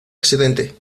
accidente